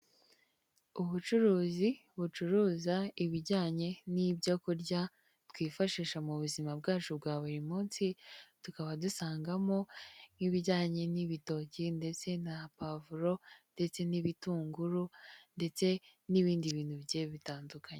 Ubucuruzi bucuruza ibijyanye n'ibyokurya, twifashisha mu buzima bwacu bwa buri munsi, tukaba dusangamo ibijyanye n'ibitoki, ndetse na pavuro, ndetse n'ibitunguru, ndetse n'ibindi bintu bigiye bitandukanye.